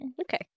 Okay